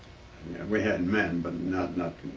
we had and men but not not